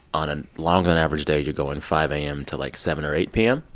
on a longer than average day, you're going five a m. to, like, seven or eight p m?